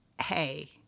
hey